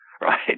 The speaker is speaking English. Right